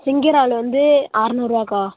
சிங்கி இறால் வந்து அறநூறுருவாக்கா